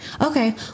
okay